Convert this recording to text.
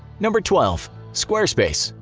number twelve. squarespace.